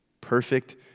perfect